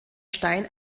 stein